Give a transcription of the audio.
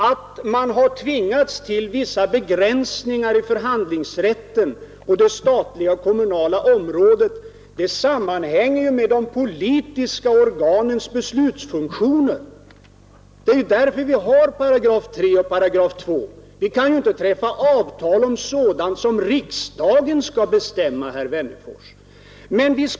Att man har tvingats till vissa begränsningar i förhandlingsrätten på det statliga och kommunala området sammanhänger med de politiska organens beslutsfunktioner. Det är ju därför vi har 3 8 och 2 8. Vi kan ju inte träffa avtal om sådant som riksdagen skall bestämma, herr Wennerfors.